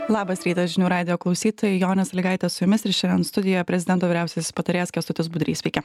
labas rytas žinių radijo klausytojai jonė sąlygaitė su jumis ir šiandien studijoje prezidento vyriausiasis patarėjas kęstutis budrys sveiki